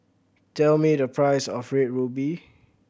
tell me the price of Red Ruby